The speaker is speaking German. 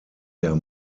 der